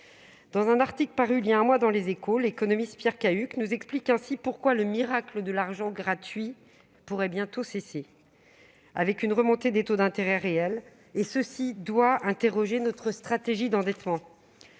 Dans un article paru il y a un mois dans, l'économiste Pierre Cahuc explique pourquoi le miracle de l'argent gratuit pourrait bientôt cesser, du fait de la remontée des taux d'intérêt réels, interrogeant ainsi notre stratégie d'endettement.